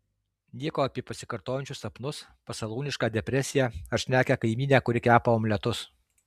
nieko apie pasikartojančius sapnus pasalūnišką depresiją ar šnekią kaimynę kuri kepa omletus